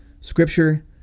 scripture